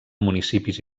municipis